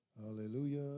Hallelujah